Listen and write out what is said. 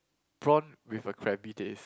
prawn with a crabby taste